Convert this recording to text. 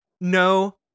No